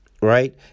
right